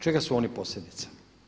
Čega su oni posljedica?